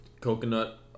coconut